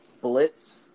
blitz